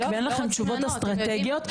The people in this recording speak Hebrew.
ואין לכם תשובות אסטרטגיות,